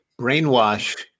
brainwash